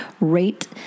rate